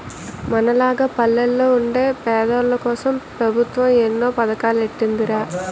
మనలాగ పల్లెల్లో వుండే పేదోల్లకోసం పెబుత్వం ఎన్నో పదకాలెట్టీందిరా